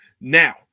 Now